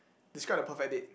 describe the perfect date